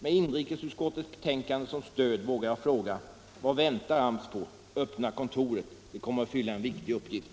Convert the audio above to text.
Med inrikesutskottets betänkande som stöd vågar jag fråga: Vad väntar AMS på? Öppna kontoret! Det kommer att fylla en viktig uppgift!